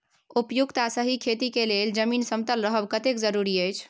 उपयुक्त आ सही खेती के लेल जमीन समतल रहब कतेक जरूरी अछि?